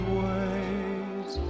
ways